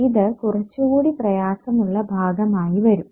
ഇത് കുറച്ചുകൂടി പ്രയാസമുള്ള ഭാഗമായി വരും